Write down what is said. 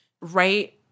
right –